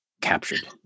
captured